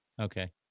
Okay